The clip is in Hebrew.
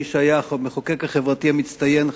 על-ידי מי שהיה המחוקק החברתי המצטיין,